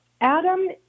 Adam